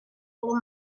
little